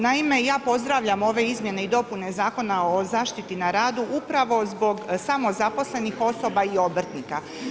Naime, ja pozdravljam ove izmjene i dopune Zakona o zaštiti na radu upravo zbog samozaposlenih osoba i obrtnika.